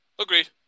agreed